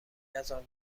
نزار